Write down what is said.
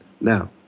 Now